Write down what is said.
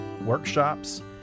workshops